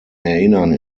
erinnern